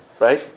right